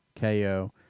KO